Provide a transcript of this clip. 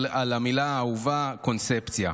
על המילה האהובה "קונספציה".